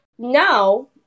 Now